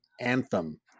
anthem